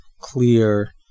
clear